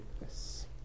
Yes